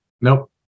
Nope